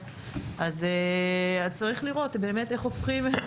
אז צריך לראות איך משנים את המצב הזה.